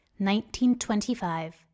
1925